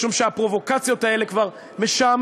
משום שהפרובוקציות האלה כבר משעממות.